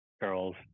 girls